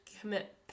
commit